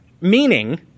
meaning